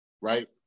right